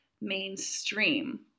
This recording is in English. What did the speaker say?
mainstream